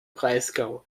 breisgau